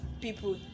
people